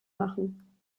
machen